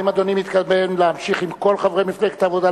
האם אדוני מתכונן להמשיך עם כל חברי מפלגת העבודה,